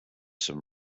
some